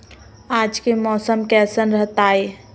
आज के मौसम कैसन रहताई?